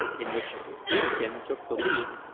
in which peterkin took the lead,